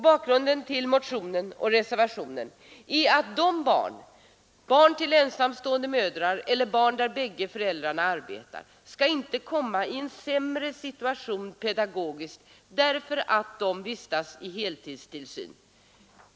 Bakgrunden till motionen och reservationen är att barn till ensamstående mödrar och barn vilkas bägge föräldrar arbetar inte får komma i en sämre pedagogisk situation därför att de åtnjuter heltidstillsyn.